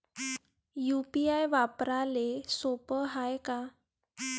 UPI वापराले सोप हाय का?